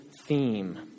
theme